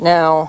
Now